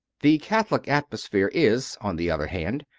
the catholic atmosphere is, on the other hand,